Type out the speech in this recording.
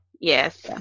Yes